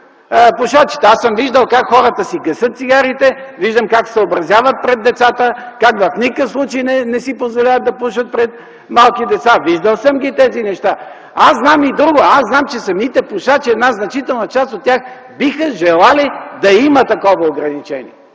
непушачите. Виждал съм хората как си гасят цигарите, съобразяват пред децата, как в никакъв случай не си позволяват да пушат пред малки деца, виждал съм тези неща. Знам и друго, знам че самите пушачи, значителна част от тях биха желали да има такова ограничение,